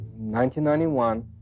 1991